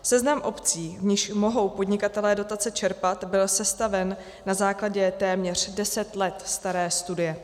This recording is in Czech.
Seznam obcí, v nichž mohou podnikatelé dotace čerpat, byl sestaven na základě téměř deset let staré studie.